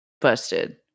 busted